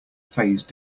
phase